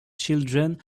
children